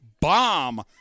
bomb